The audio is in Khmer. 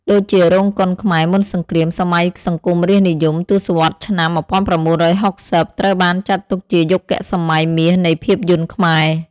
ដូចជា រោងកុនខ្មែរមុនសង្គ្រាម សម័យសង្គមរាស្ត្រនិយម ទសវត្សរ៍ឆ្នាំ១៩៦០ ត្រូវបានចាត់ទុកជាយុគសម័យមាសនៃភាពយន្តខ្មែរ។